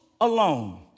alone